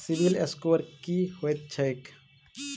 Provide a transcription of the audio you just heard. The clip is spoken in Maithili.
सिबिल स्कोर की होइत छैक?